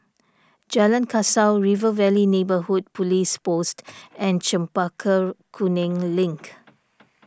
Jalan Kasau River Valley Neighbourhood Police Post and Chempaka Kuning Link